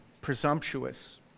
presumptuous